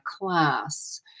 class